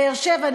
בבאר-שבע,